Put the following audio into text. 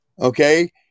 Okay